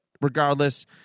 regardless